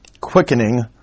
quickening